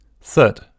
Third